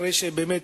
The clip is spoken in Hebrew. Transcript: אחרי שבאמת,